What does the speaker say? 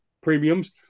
premiums